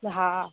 हा